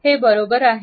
हे बरोबर आहे